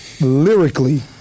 Lyrically